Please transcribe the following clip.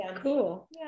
cool